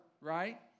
right